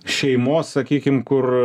šeimos sakykim kur